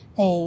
Thì